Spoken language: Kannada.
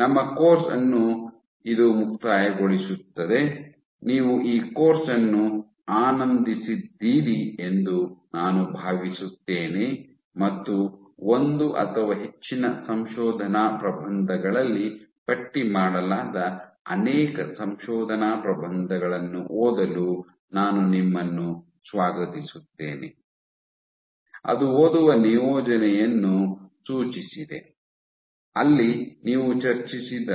ನಮ್ಮ ಕೋರ್ಸ್ ಅನ್ನು ಇದು ಮುಕ್ತಾಯಗೊಳಿಸುತ್ತದೆ ನೀವು ಈ ಕೋರ್ಸ್ ಅನ್ನು ಆನಂದಿಸಿದ್ದೀರಿ ಎಂದು ನಾನು ಭಾವಿಸುತ್ತೇನೆ ಮತ್ತು ಒಂದು ಅಥವಾ ಹೆಚ್ಚಿನ ಸಂಶೋಧನಾ ಪ್ರಬಂಧಗಳಲ್ಲಿ ಪಟ್ಟಿ ಮಾಡಲಾದ ಅನೇಕ ಸಂಶೋಧನಾ ಪ್ರಬಂಧಗಳನ್ನು ಓದಲು ನಾನು ನಿಮ್ಮನ್ನು ಸ್ವಾಗತಿಸುತ್ತೇನೆ ಅದು ಓದುವ ನಿಯೋಜನೆಯನ್ನು ಸೂಚಿಸಿದೆ ಅಲ್ಲಿ ನೀವು ಚರ್ಚಿಸಿದ